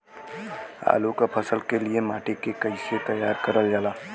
आलू क फसल के लिए माटी के कैसे तैयार करल जाला?